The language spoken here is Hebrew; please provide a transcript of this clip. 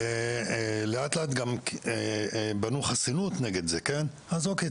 לאט-לאט גם בנו חסינות נגד זה: אוקיי,